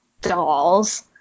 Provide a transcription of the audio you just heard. dolls